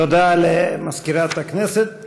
תודה למזכירת הכנסת.